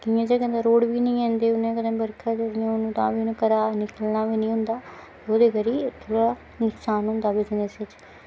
कियां जे कदें रोड बी नि हैन कदें जे उ'नें दिनें बरखा जेह्ड़ियां होन तां बी उ'नें घरा निकलना बी नि होंदा ओह्दे करी थोह्ड़ा नकसान होंदा बिज़नेस बिच्च